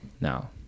Now